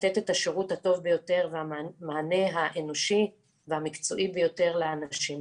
ולתת את השירות הטוב ביותר והמענה האנושי והמקצועי ביותר לאנשים.